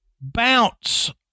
bounce